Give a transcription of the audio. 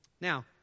Now